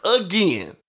again